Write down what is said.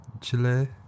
Chile